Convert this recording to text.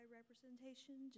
representation